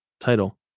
title